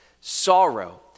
sorrow